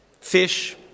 fish